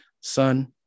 Son